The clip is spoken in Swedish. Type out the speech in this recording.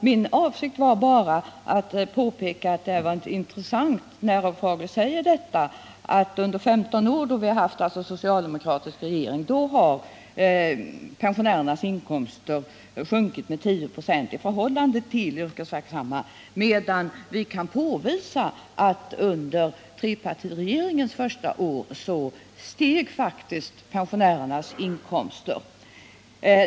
Min avsikt var bara att påpeka att det är intressant när Rolf Hagel säger att under 15 år, när vi alltså haft en socialdemokratisk regering, har pensionärernas inkomster sjunkit med 10 96 i förhållande till de yrkesverksammas, medan vi kan påvisa att under trepartiregeringens första år steg faktiskt pensionärernas inkomster.